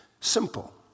Simple